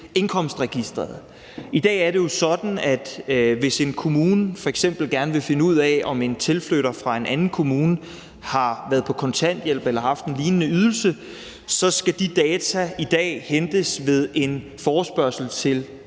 indkomstregisteret. I dag er det jo sådan, at hvis en kommune f.eks. gerne vil finde ud af, om en tilflytter fra en anden kommune har været på kontanthjælp eller har haft en lignende ydelse, så skal de data i dag hentes ved en forespørgsel til